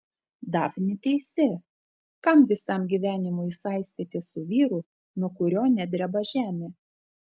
dafnė teisi kam visam gyvenimui saistytis su vyru nuo kurio nedreba žemė